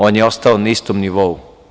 On je ostao na istom nivou.